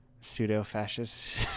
pseudo-fascist